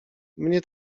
mnie